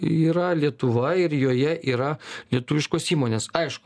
yra lietuva ir joje yra lietuviškos įmonės aišku